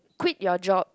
quit your job